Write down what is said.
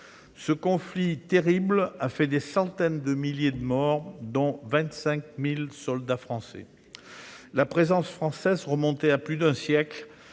Ce conflit terrible a fait des centaines de milliers de morts, dont 25 000 soldats français. La présence française en Algérie remontait à plus d'un siècle